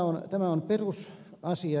elikkä tämä on perusasia